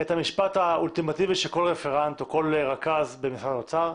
את המשפט האולטימטיבי של כל רפרנט או כל רכז במשרד האוצר,